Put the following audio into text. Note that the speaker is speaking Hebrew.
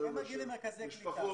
משפחות